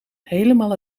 helemaal